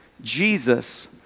Jesus